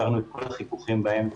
הסרנו את כל החיכוכים באמצע.